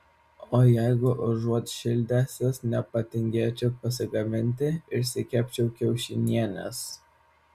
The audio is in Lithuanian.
o jeigu užuot šildęsis nepatingėčiau pasigaminti išsikepčiau kiaušinienės